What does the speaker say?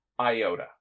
iota